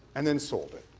and then sold it.